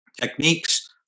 techniques